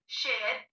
share